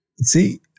See